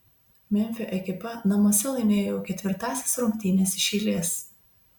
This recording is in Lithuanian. memfio ekipa namuose laimėjo jau ketvirtąsias rungtynes iš eilės